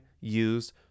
use